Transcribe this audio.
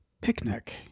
Picnic